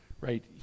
right